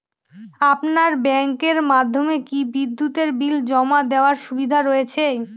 আপনার ব্যাংকের মাধ্যমে কি বিদ্যুতের বিল জমা দেওয়ার সুবিধা রয়েছে?